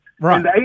Right